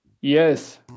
Yes